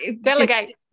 delegate